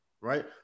Right